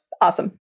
Awesome